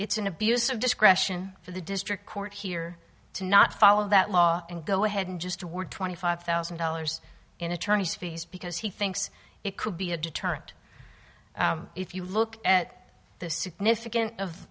it's an abuse of discretion for the district court here to not follow that law and go ahead and just award twenty five thousand dollars in attorney's fees because he thinks it could be a deterrent if you look at the significant of